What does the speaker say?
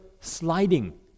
sliding